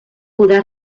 podrà